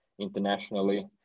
internationally